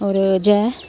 होर जय